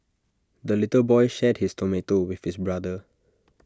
the little boy shared his tomato with his brother